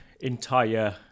entire